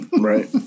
Right